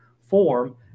form